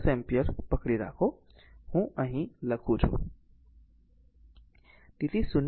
તેથી I 10 ampere પકડી રાખો હું લખું છું